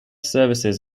services